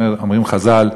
אומרים חז"ל: